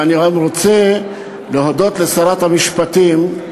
ואני גם רוצה להודות לשרת המשפטים,